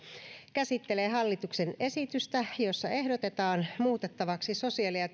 käsittelee hallituksen esitystä jossa ehdotetaan muutettavaksi sosiaali ja terveystietojen